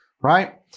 right